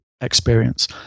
experience